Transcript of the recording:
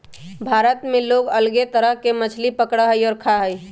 भारत में लोग अलग अलग तरह के मछली पकडड़ा हई और खा हई